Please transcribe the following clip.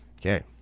Okay